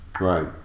Right